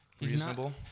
reasonable